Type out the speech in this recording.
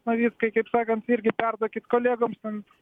navickai kaip sakant irgi perduokit kolegoms ten